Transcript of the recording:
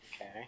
Okay